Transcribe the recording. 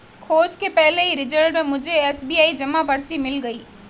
खोज के पहले ही रिजल्ट में मुझे एस.बी.आई जमा पर्ची मिल गई